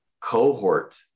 Cohort